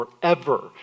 forever